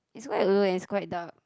is quite low and it's quite dark